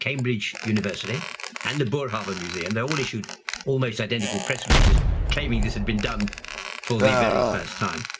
cambridge university and the boerhaave museum, they all issued almost identical press releases claiming this had been done for the very first time.